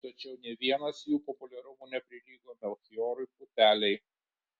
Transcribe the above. tačiau nė vienas jų populiarumu neprilygo melchijorui putelei